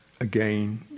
again